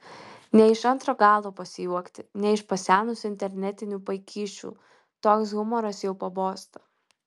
ne iš antro galo pasijuokti ne iš pasenusių internetinių paikysčių toks humoras jau pabosta